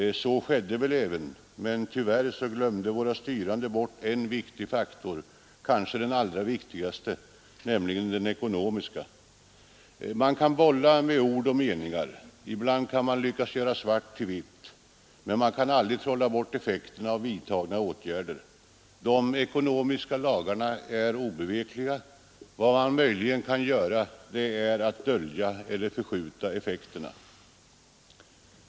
Så skedde väl även, men tyvärr glömde våra styrande bort en viktig faktor — kanske den allra viktigaste — nämligen den ekonomiska. Man kan bolla med ord och meningar, ibland kan man lyckas göra svart till vitt, men man kan aldrig trolla bort effekterna av vidtagna åtgärder. De ekonomiska lagarna är obevekliga — vad man möjligen kan göra är att dölja eller förskjuta effekterna.